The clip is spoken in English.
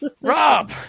rob